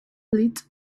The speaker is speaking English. lit